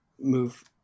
move